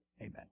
amen